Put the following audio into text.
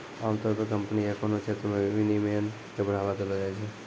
आमतौर पे कम्पनी या कोनो क्षेत्र मे विनियमन के बढ़ावा देलो जाय छै